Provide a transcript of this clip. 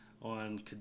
on